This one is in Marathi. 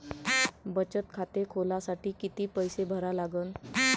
बचत खाते खोलासाठी किती पैसे भरा लागन?